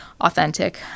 authentic